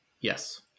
Yes